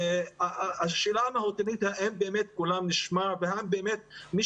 אלא השאלה המהותנית היא האם באמת קולם נשמע והאם באמת מי